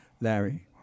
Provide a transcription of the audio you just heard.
Larry